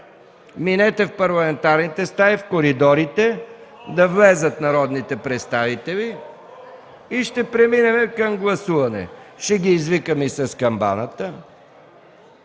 Минете в парламентарните стаи, в коридорите. Моля да влязат народните представители и ще преминем към гласуване. Ще ги извикам и с камбаната.